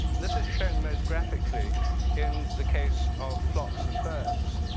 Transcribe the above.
this is shown most graphically in the case of flocks of birds.